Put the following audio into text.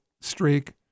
streak